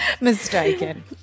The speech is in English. mistaken